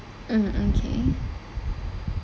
mm okay